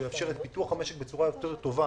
הוא יאפשר את פיתוח המשק בצורה יותר טובה